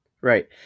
Right